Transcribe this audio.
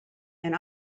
and